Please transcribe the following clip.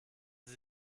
sie